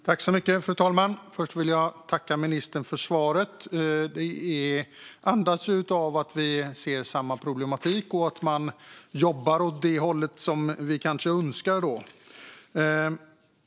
Fru talman! Först vill jag tacka ministern för svaret. Det andas att vi ser samma problematik och att man jobbar åt det håll vi önskar.